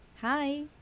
Hi